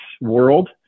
world